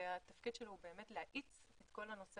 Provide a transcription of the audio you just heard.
שתפקידו להאיץ את כל נושא